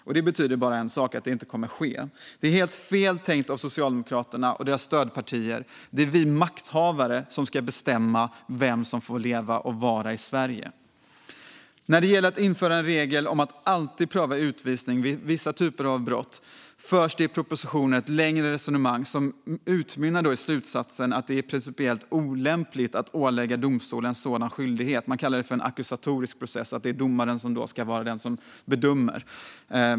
Det betyder bara en sak: att det inte kommer att ske. Det är helt fel tänkt av Socialdemokraterna och deras stödpartier. Det är vi makthavare som ska bestämma vem som får leva i och vara i Sverige. När det gäller att införa en regel om att alltid pröva utvisning vid vissa typer av brott förs det i propositionen ett längre resonemang som utmynnar i slutsatsen att det är principiellt olämpligt att ålägga domstolen en sådan skyldighet. Man kallar det för en ackusatorisk process och menar att det är domaren som ska vara den som bedömer.